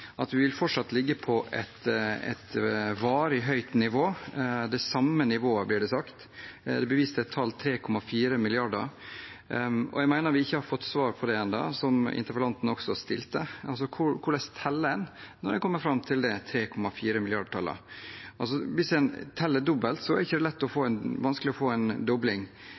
vi fortsatt vil ligge på et varig høyt nivå – det samme nivået, blir det sagt. Det blir vist til tallet 3,4 mrd. kr. Jeg mener vi ikke har fått svar på det spørsmålet som også interpellanten stilte: Hvordan teller en når en kommer fram til det tallet, 3,4 mrd. kr? Hvis en teller dobbelt, er det ikke vanskelig å få en dobling. Men her er det vanskelig for oss å